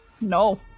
No